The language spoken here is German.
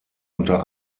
unter